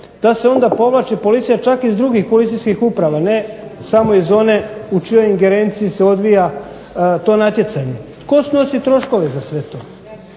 da se onda povlači policija čak iz drugih policijskih uprava, ne samo iz one u čijoj ingerenciji se odvija to natjecanje. Tko snosi troškove za sve to?